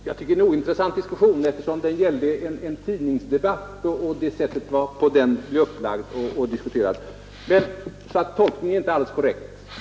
Fru talman! Jag tycker att det här är en ointressant diskussion eftersom det gällde en tidningsdebatt och det sätt på vilket den var upplagd. Tolkningen, herr Nordstrandh, är inte alldeles korrekt.